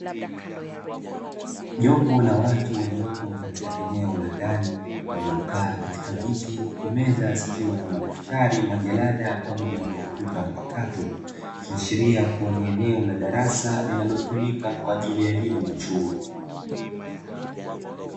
Jopo la watu waliopo katika eneo la ndani mezani kukiwa na majalada na madaftari linaonekana ni eneo la kujifunzia kwa wanafunzi wa chuo